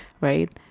right